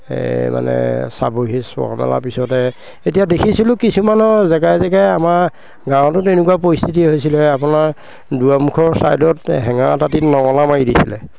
এই মানে চাবহি চোৱা মেলাৰ পিছতে এতিয়া দেখিছিলোঁ কিছুমানৰ জেগাই জেগাই আমাৰ গাঁৱতো তেনেকুৱা পৰিস্থিতি হৈছিলে আপোনাৰ দুৱাৰমুখৰ ছাইডত হেঙাৰৰ দাঁতিত নঙলা মাৰি দিছিলে